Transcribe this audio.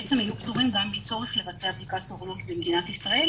בעצם יהיו פטורים גם מצורך לבצע בדיקה סרולוגית במדינת ישראל